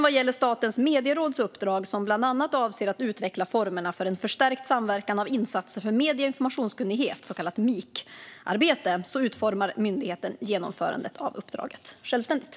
Vad gäller Statens medieråds uppdrag som bland annat avser att utveckla formerna för en förstärkt samverkan av insatser för medie och informationskunnighet, så kallat MIK-arbete, utformar myndigheten genomförandet av uppdraget självständigt.